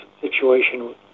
situation